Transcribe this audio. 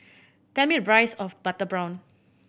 tell me the price of butter prawn